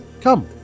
Come